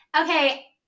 Okay